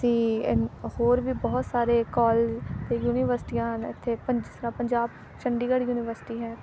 ਅਸੀਂ ਇਨ ਹੋਰ ਵੀ ਬਹੁਤ ਸਾਰੇ ਕੋਲਜ ਅਤੇ ਯੂਨੀਵਰਸਿਟੀਆਂ ਹਨ ਇੱਥੇ ਪੰਜ ਜਿਸ ਤਰ੍ਹਾਂ ਪੰਜਾਬ ਚੰਡੀਗੜ੍ਹ ਯੂਨੀਵਰਸਿਟੀ ਹੈ